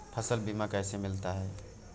फसल बीमा कैसे मिलता है?